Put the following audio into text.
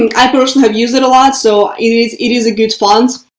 and i personally have used it a lot. so it is it is a good font.